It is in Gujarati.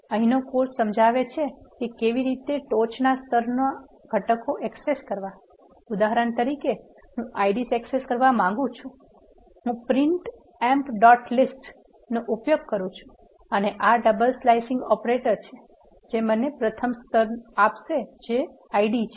અહીંનો કોર્સ સમજાવે છે કે કેવી રીતે ટોચનાં સ્તરનાં ઘટકો એક્સેસ કરવા ઉદાહરણ તરીકે હું IDs એક્સેસ કરવા માંગું છું હું પ્રિન્ટ એમ્પ ડોટ લીસ્ટ નો ઉપયોગ કરૂ છું અને આ ડબલ સ્લિસીંગ ઓપરેટર છે જે મને પ્રથમ સ્તર આપશે જે ID છે